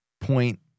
point